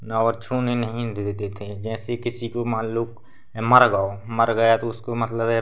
और छूने नहीं देते थे जैसे किसी को मान लो मर गया मर गया तो उसको मतलब